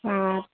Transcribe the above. हाँ